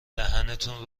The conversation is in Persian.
دهنتون